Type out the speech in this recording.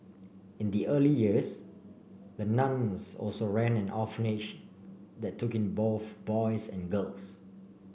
in the early years the nuns also ran an orphanage that took in both boys and girls